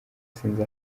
sinzi